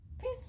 Peace